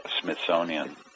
Smithsonian